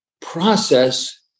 process